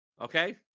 Okay